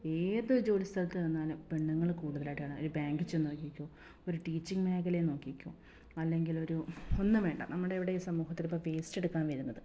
ഏത് ജോലി സ്ഥലത്ത് നിന്നാലും പെണ്ണുങ്ങൾ കൂടുതലായിട്ടാണ് ഒരു ബാങ്കിൽ ചെന്ന് നോക്കിക്കോളൂ ഒരു ടീച്ചിങ്ങ് മേഖലയിൽ നോക്കിക്കോളൂ അല്ലങ്കിലൊരു ഒന്നും വേണ്ട നമ്മുടെ ഇവിടെ ഈ സമൂഹത്തിൽ വേസ്റ്റെടുക്കാൻ വരുന്നത്